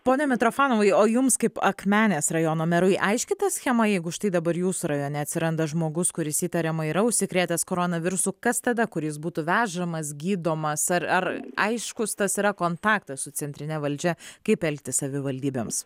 pone mitrofanovai o jums kaip akmenės rajono merui aiški ta schema jeigu štai dabar jūsų rajone atsiranda žmogus kuris įtariamai yra užsikrėtęs koronavirusu kas tada kur jis būtų vežamas gydomas ar ar aiškus tas yra kontaktas su centrine valdžia kaip elgtis savivaldybėms